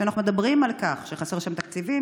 כשאנחנו מדברים על כך שחסרים שם תקציבים,